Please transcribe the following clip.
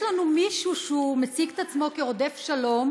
יש לנו מישהו שמציג את עצמו כרודף שלום